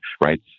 right